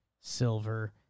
silver